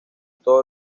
todos